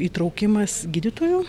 įtraukimas gydytojų